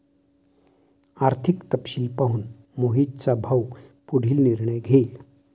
आर्थिक तपशील पाहून मोहितचा भाऊ पुढील निर्णय घेईल